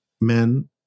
men